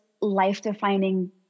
life-defining